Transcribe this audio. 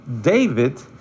David